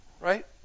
right